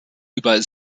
über